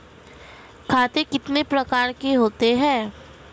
खाते कितने प्रकार के होते हैं?